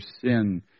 sin